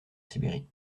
sibérie